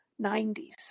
90s